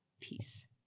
peace